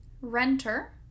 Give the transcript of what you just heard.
Renter